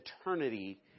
eternity